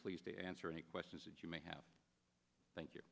pleased to answer any questions that you may have thank